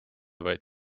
vaid